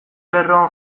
lerroan